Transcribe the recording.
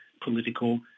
political